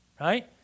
right